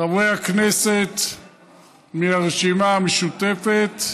חברי הכנסת מהרשימה המשותפת,